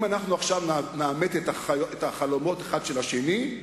אם אנחנו עכשיו נעמת את החלומות האחד עם השני,